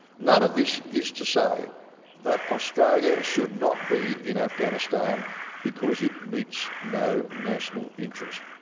none of this is to say that australia should not be in afghanistan because it meets no national interest.